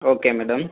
okay madam